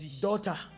Daughter